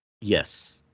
Yes